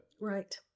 Right